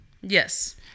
Yes